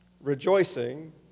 rejoicing